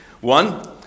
One